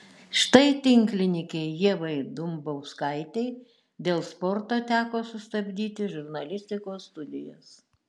štai tinklininkei ievai dumbauskaitei dėl sporto teko sustabdyti žurnalistikos studijas